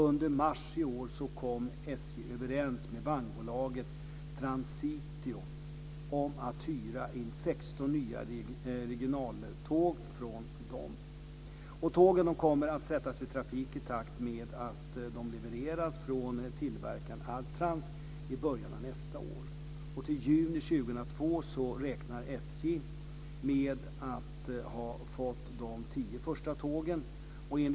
Under mars i år kom SJ överens med vagnbolaget Transitio om att hyra in 16 nya regionaltåg från dem. Tågen kommer att sättas i trafik i takt med att de levereras från tillverkaren Adtranz i början av nästa år.